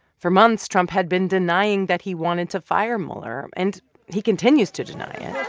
for months, trump had been denying that he wanted to fire mueller, and he continues to deny yeah